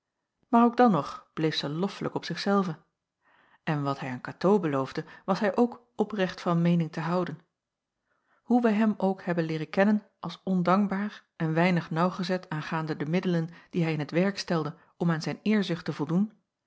maar ook dan nog bleef zij loffelijk op zich zelve en wat hij aan katoo beloofde was hij ook oprecht van meening te houden hoe wij hem ook hebben leeren kennen als ondankbaar en weinig naauwgezet aangaande de middelen die hij in t werk stelde om aan zijn eerzucht te voldoen